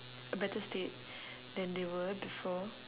a better state than they were before